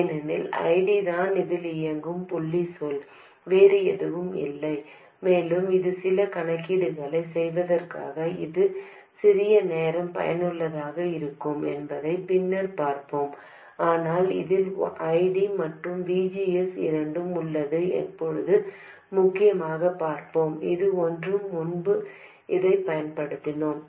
ஏனெனில் I D தான் இதில் இயங்கும் புள்ளிச் சொல் வேறு எதுவும் இங்கு இல்லை மேலும் இது சில கணக்கீடுகளைச் செய்வதற்கு இது சிறிது நேரம் பயனுள்ளதாக இருக்கும் என்பதை பின்னர் பார்ப்போம் ஆனால் இதில் I D மற்றும் V G S இரண்டும் உள்ளது இப்போது முக்கியமாகப் பார்ப்போம் இதுவும் ஒன்றும் முன்பு இதைப் பயன்படுத்தினோம்